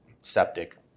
septic